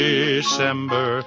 December